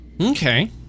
Okay